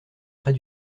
trait